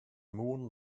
moon